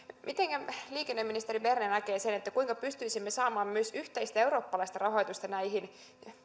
mitenkä liikenneministeri berner näkee sen kuinka pystyisimme saamaan myös yhteistä eurooppalaista rahoitusta näihin